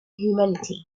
humanity